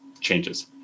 changes